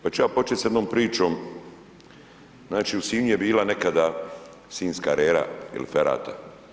Pa ću ja početi s jednom pričom, znači u Sinju je bila nekada sinjska arera ili ferat.